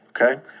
okay